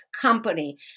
company